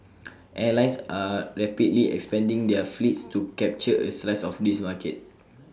airlines are rapidly expanding their fleets to capture A slice of this market